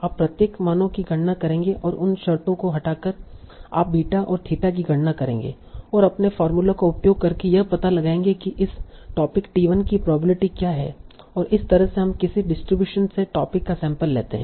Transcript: आप प्रत्येक मानों की गणना करेंगे और उन शर्तों को हटाकर आप बीटा और थीटा की गणना करेंगे और अपने फार्मूला का उपयोग करके यह पता लगाएंगे कि इस टोपिक t1 की प्रोबेबिलिटी क्या है और इस तरह से हम किसी डिस्ट्रीब्यूशन से टोपिक का सैंपल लेते है